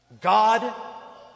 God